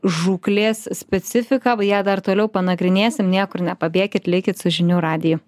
žūklės specifiką ją dar toliau panagrinėsim niekur nepabėkit likit su žinių radiju